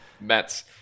Mets